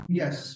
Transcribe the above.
yes